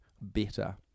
better